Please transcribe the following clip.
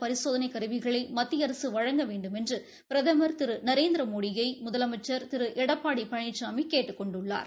பரிசோதளை கருவிகளை மத்திய அரசு வழங்க வேண்டுமென்று பிரதமர் திரு நரேந்திரமோடியை முதலமைச்சர் திரு எடப்பாடி பழனிசாமி கேட்டுக் கொண்டுள்ளார்